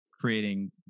creating